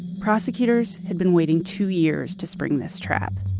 prosecutors had been waiting two years to spring this trap